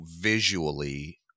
visually